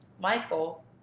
Michael